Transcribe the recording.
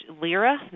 lira